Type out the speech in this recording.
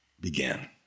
began